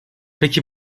peki